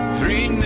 Three